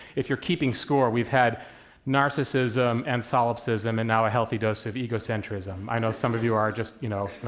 if you're keeping score, we've had narcissism and solipsism and now a healthy dose of egocentricism. i know some of you are just, you know,